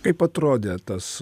kaip atrodė tas